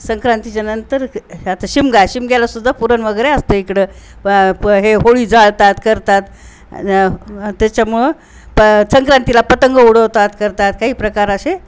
संक्रांतीच्या नंतर आता शिमगा शिमग्याला सुद्धा पुरण वगैरे असतं इकडं प हे होळी जाळतात करतात त्याच्यामुळं प संक्रांतीला पतंग उडवतात करतात काही प्रकार असे